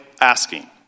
asking